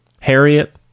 harriet